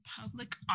public